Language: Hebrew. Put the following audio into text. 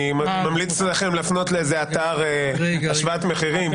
אני ממליץ לכם לפנות לאתר להשוואת מחירים,